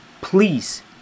Please